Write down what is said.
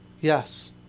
Yes